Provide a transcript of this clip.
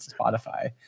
Spotify